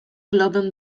globem